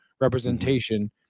representation